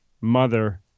mother